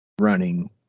running